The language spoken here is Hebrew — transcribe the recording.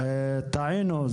טעינו,